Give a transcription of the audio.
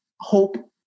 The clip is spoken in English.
hope